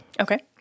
Okay